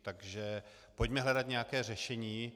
Takže pojďme hledat nějaké řešení.